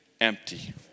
empty